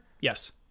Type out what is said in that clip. Yes